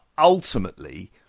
ultimately